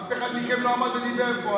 אף אחד מכם לא עמד ודיבר פה.